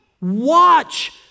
watch